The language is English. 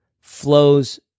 flows